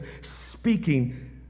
speaking